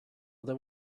there